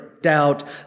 doubt